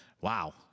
wow